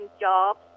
jobs